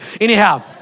Anyhow